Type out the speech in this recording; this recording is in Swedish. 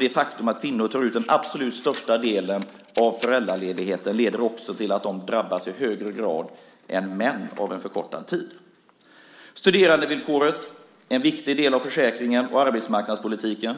Det faktum att kvinnor tar ut den absolut största delen av föräldraledigheten leder också till att de drabbas i högre grad än män av en förkortad tid. Studerandevillkoret är en viktig del av försäkringen och arbetsmarknadspolitiken.